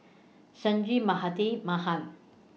Sanjeev Mahatma Mahan